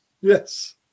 Yes